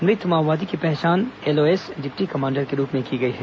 मृत माओवादी की पहचान एलओएस डिप्टी कमांडर के रूप में की गई है